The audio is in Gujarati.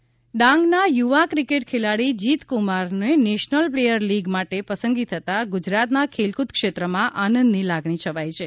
ડાંગ ક્રિકેટ ખેલાડી ડાંગના યુવા ક્રિકેટ ખેલાડી જીત્કુમારનો નેશનલ પ્લેયર લીગ માટે પસંદગી થતા ગુજરાતના ખેલક્રદ ક્ષેત્રમાં આનંદની લાગણી છવાઇ છે